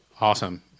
Awesome